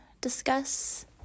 discuss